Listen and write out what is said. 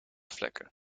vlekken